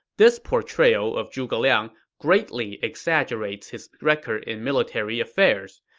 this portrayal of zhuge liang greatly exaggerates his record in military affairs.